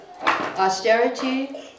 Austerity